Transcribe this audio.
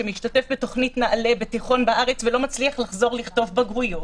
שמשתתף בתוכנית "נעלה" בתיכון בארץ ולא מצליח לחזור לכתוב בגרויות,